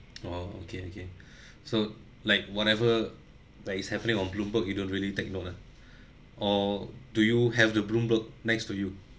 orh okay okay so like whatever what is happening on bloomberg you don't really take note ah or do you have the bloomberg next to you